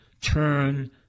Turn